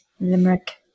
Limerick